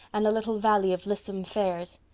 and a little valley of lissome firs,